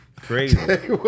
Crazy